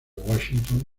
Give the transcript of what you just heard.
washington